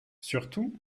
surtout